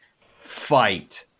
fight